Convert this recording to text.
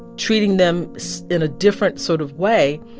treating them so in a different sort of way,